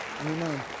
Amen